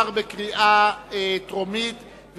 התשס"ט 2009,